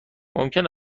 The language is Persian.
ممکن